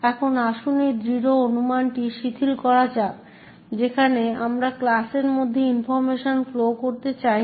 এখন আসুন এই দৃঢ় অনুমানটি শিথিল করা যাক যেখানে আমরা ক্লাসের মধ্যে ইনফরমেশন ফ্লো করতে চাই না